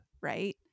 right